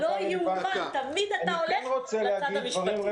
לא יאומן, תמיד אתה הולך לצד המשפטי.